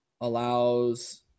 allows